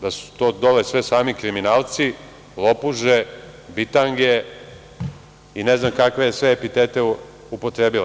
Da su to dole sve sami kriminalci, lopuže, bitange i ne znam kakve sve epitete upotrebila.